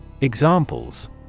Examples